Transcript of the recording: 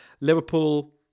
Liverpool